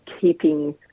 keeping